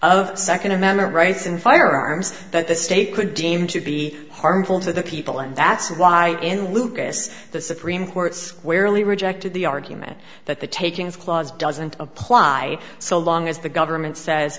of second amendment rights and firearms that the state could deem to be harmful to the people and that's why in lucas the supreme court squarely rejected the argument that the takings clause doesn't apply so long as the government says